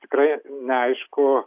tikrai neaišku